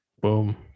Boom